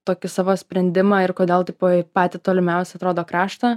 tokį savo sprendimą ir kodėl tipo į patį tolimiausią atrodo kraštą